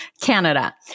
Canada